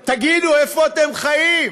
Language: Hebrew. תגידו, איפה אתם חיים?